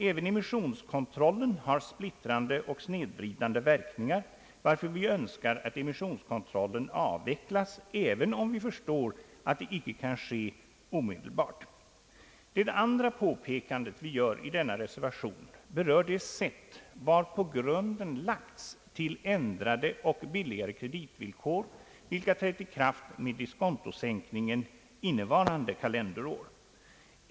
Även emissionskontrollen har splittrande och snedvridande verkningar, varför vi önskar att denna avvecklas, även om vi förstår att det icke kan ske omedelbart. Det andra påpekandet vi gör i denna reservation berör det sätt varpå grunden lagts till ändrade och billigare kreditvillkor, vilka trätt i kraft med diskontosänkningen innevarande kalenderår.